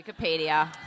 Wikipedia